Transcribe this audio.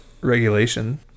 regulation